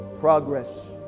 progress